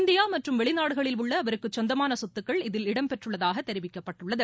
India மற்றும் வெளிநாடுகளில் உள்ள அவருக்குச் சொந்தமான சொத்துக்கள் இதில் இடம்பெற்றுள்ளதாக தெரிவிக்கப்பட்டுள்ளது